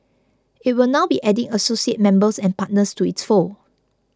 it will now be adding associate members and partners to its fold